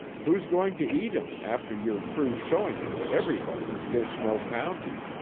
who's going to eat him after you're through showing him to everybody in dishnoe county?